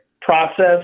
process